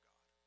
God